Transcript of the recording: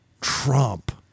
Trump